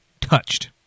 Touched